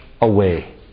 away